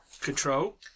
Control